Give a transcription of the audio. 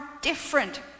different